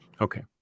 Okay